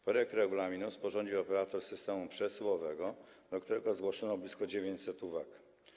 Projekt regulaminu sporządził operator systemu przesyłowego, do którego zgłoszono blisko 900 uwag.